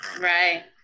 right